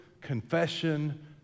confession